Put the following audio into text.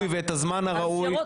התקנון, סעיף 108 לתקנון, מאפשר.